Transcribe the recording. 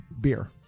Beer